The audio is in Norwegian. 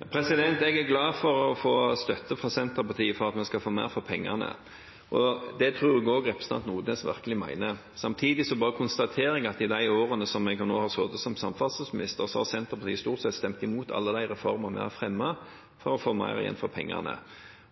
Jeg er glad for å få støtte fra Senterpartiet for at vi skal få mer for pengene, og det tror jeg også representanten Odnes virkelig mener. Samtidig bare konstaterer jeg at i løpet av de årene jeg har sittet som samferdselsminister, har Senterpartiet stort sett stemt imot alle de reformene jeg har fremmet forslag om for å få mer igjen for pengene.